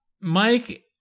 Mike